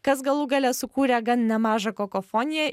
kas galų gale sukūrė gan nemažą kakofoniją